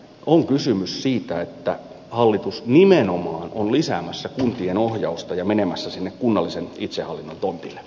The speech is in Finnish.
on kysymys siitä että hallitus nimenomaan on lisäämässä kuntien ohjausta ja menemässä sinne kunnallisen itsehallinnon tontille